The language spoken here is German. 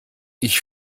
ich